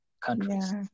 countries